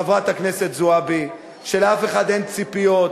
חברת הכנסת זועבי, ולאף אחד אין ציפיות.